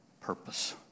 purpose